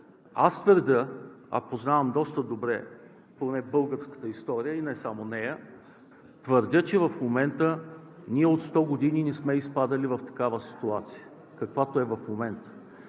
аз твърдя, а познавам доста добре поне българската история, а и не само нея, твърдя, че в момента ние от 100 години не сме изпадали в такава ситуация, каквато е в момента.